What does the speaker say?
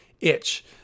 itch